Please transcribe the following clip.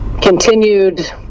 continued